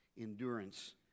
endurance